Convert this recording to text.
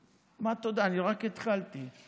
הנרקומן, הוא יציב,